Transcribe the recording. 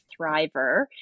thriver